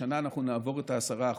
השנה אנחנו נעבור את ה-10%.